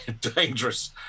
dangerous